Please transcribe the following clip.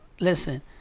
listen